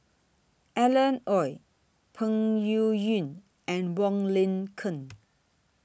Alan Oei Peng Yuyun and Wong Lin Ken